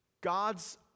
God's